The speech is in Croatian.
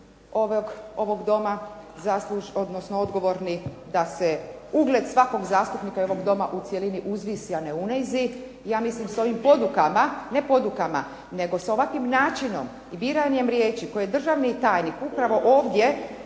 odnosno odgovorni da se ugled svakog zastupnika i ovog Doma u cjelini uzvisi a ne unizi. Ja mislim s ovim podukama, ne podukama, nego sa ovakvim načinom i biranjem riječi koje državni tajnik upravo ovdje